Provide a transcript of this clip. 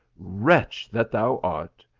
wretch that thou art!